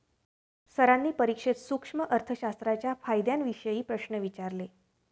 सरांनी परीक्षेत सूक्ष्म अर्थशास्त्राच्या फायद्यांविषयी प्रश्न विचारले